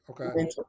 Okay